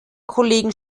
kollegen